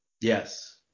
Yes